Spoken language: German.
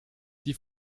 die